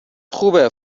خوبه